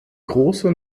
große